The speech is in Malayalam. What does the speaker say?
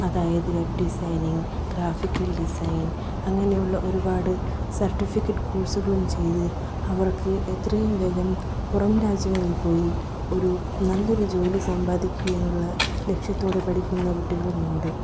അതായത് വെബ് ഡിസൈനിങ്ങ് ഗ്രാഫിക്കൽ ഡിസൈൻ അങ്ങനെയുള്ള ഒരുപാട് സർട്ടിഫിക്കറ്റ് കോഴ്സുകളും ചെയ്ത് അവർക്ക് എത്രയും വേഗം പുറം രാജ്യങ്ങളിൽ പോയി ഒരു നല്ലൊരു ജോലി സമ്പാദിക്കുക എന്നുള്ള ലക്ഷ്യത്തോടെ പഠിക്കുന്ന കുട്ടികളുമുണ്ട്